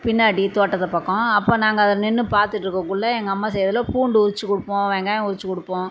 பின்னாடி தோட்டத்து பக்கம் அப்போ நாங்கள் அதை நின்று பார்த்துட்டு இருக்கறக்குள்ள எங்கள் அம்மா செய்யக்குள்ள பூண்டு உரித்து கொடுப்போம் வெங்காயம் உரித்து கொடுப்போம்